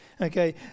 Okay